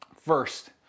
First